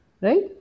Right